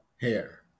hair